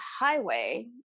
highway